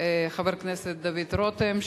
חבר הכנסת דוד רותם,